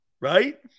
Right